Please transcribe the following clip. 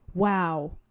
Wow